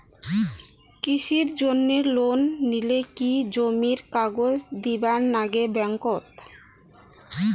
কৃষির জন্যে লোন নিলে কি জমির কাগজ দিবার নাগে ব্যাংক ওত?